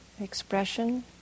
expression